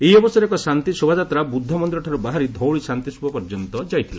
ଏହି ଅବସରରେ ଏକ ଶାନ୍ତି ଶୋଭାଯାତ୍ରା ବୁଦ୍ଧ ମନ୍ନିରଠାରୁ ବାହାରି ଧଉଳି ଶାନ୍ତିସ୍ଠପ ପର୍ଯ୍ୟନ୍ତ ଯାଇଥିଲା